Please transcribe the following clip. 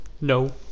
No